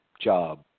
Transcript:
job